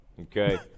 Okay